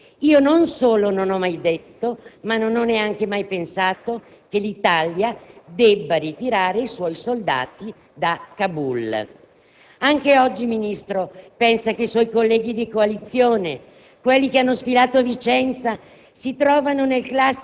ma una missione congiunta della NATO, dell'ONU e dell'UE, di cui l'Italia fa parte. Detto questo, vedo che verdi, rifondatori e comunisti interpretano le mie parole come una *exit strategy*.